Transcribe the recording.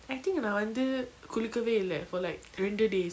I think நா வந்து குளிக்கவே இல்ல:na vanthu kulikave illa for like ரெண்டு:rendu days